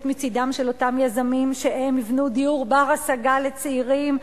מצדם של אותם יזמים שהם יבנו דיור בר-השגה לצעירים,